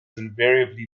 invariably